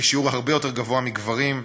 בשיעור הרבה יותר גבוה מגברים,